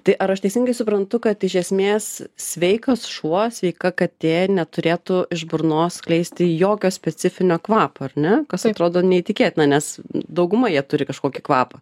tai ar aš teisingai suprantu kad iš esmės sveikas šuo sveika katė neturėtų iš burnos skleisti jokio specifinio kvapo ar ne kas atrodo neįtikėtina nes dauguma jie turi kažkokį kvapą